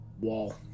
wall